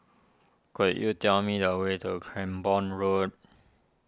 could you tell me the way to Cranborne Road